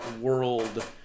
world